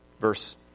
Verse